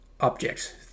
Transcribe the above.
objects